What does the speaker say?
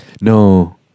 No